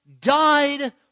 died